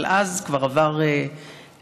אבל אז כבר עבר כחוק,